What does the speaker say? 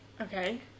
Okay